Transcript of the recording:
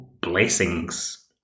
blessings